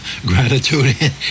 gratitude